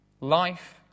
life